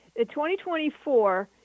2024